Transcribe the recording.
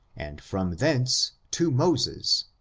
and from thence to moses